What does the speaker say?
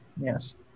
Yes